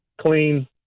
clean